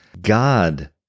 God